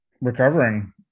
Recovering